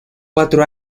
cuatro